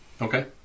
Okay